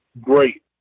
great